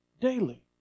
daily